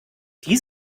die